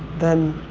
then,